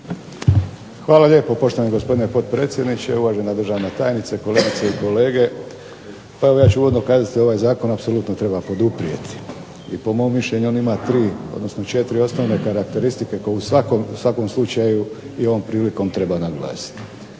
Hvala lijepo poštovani gospodine potpredsjedniče, uvažena državna tajnice, kolegice i kolege. Pa evo ja ću uvodno kazati da ovaj zakon apsolutno treba poduprijeti i po mom mišljenju on kriva krivi, odnosno četiri osnovne karakteristike koje u svakom slučaju i ovom prilikom treba naglasiti.